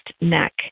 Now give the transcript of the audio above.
neck